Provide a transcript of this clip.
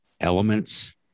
elements